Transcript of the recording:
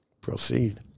proceed